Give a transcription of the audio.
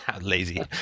lazy